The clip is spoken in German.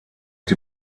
die